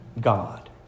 God